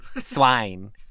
Swine